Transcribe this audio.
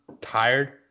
tired